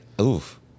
oof